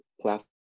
plastic